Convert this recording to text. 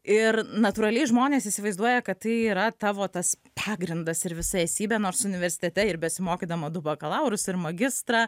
ir natūraliai žmonės įsivaizduoja kad tai yra tavo tas pagrindas ir visa esybė nors universitete ir besimokydama du bakalaurus ir magistrą